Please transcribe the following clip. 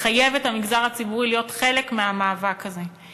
לחייב את המגזר הציבורי להיות חלק מהמאבק הזה.